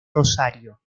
rosario